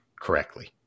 correctly